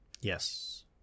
yes